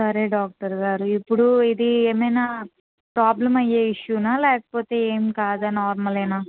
సరే డాక్టర్గారు ఇప్పుడు ఇది ఏమైనా ప్రాబ్లెమ్ అయ్యే ఇష్యూనా లేకపోతే ఏమి కాదా నార్మలేనా